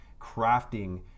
crafting